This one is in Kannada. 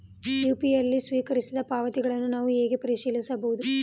ಯು.ಪಿ.ಐ ನಲ್ಲಿ ಸ್ವೀಕರಿಸಿದ ಪಾವತಿಗಳನ್ನು ನಾನು ಹೇಗೆ ಪರಿಶೀಲಿಸುವುದು?